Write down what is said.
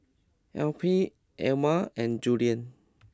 Alpheus Elma and Julian